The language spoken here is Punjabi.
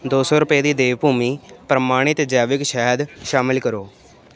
ਦੋ ਸੌ ਰੁਪਏ ਦੀ ਦੇਵਭੂਮੀ ਪ੍ਰਮਾਣਿਤ ਜੈਵਿਕ ਸ਼ਹਿਦ ਸ਼ਾਮਿਲ ਕਰੋ